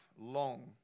long